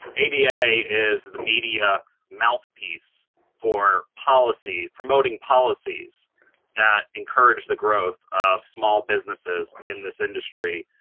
aba is the media mouthpiece for policy, promoting policies that encourage the growth of small businesses in this industry,